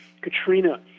Katrina